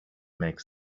makes